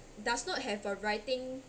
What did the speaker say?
does not have a writing